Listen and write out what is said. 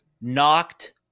knocked